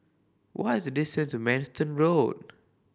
what is distance to Manston Road